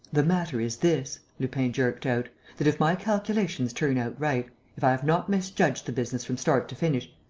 the matter is this, lupin jerked out, that, if my calculations turn out right, if i have not misjudged the business from start to finish,